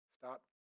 Stop